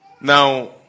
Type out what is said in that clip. Now